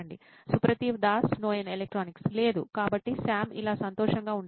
సుప్రతీవ్ Das CTO నోయిన్ electronics లేదు కాబట్టి సామ్ ఇలా సంతోషంగా ఉండలేడు